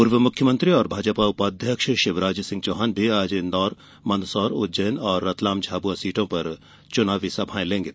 पूर्व मुख्यमंत्री और भाजपा उपाध्यक्ष शिवराज सिंह चौहान आज इन्दौर मंदसौर उज्जैन और रतलाम झाबुआ सीटों पर चुनावी सभाएं लेंगे